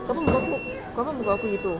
confirm muka aku gitu